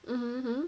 (uh huh)